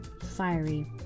fiery